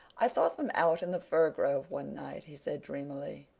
i thought them out in the fir grove one night, he said dreamily.